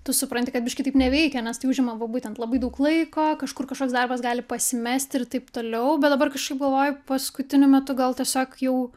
tu supranti kad biški taip neveikia nes tai užima va būtent labai daug laiko kažkur kažkoks darbas gali pasimest ir taip toliau bet dabar kažkaip galvoju paskutiniu metu gal tiesiog jau